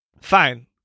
Fine